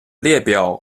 列表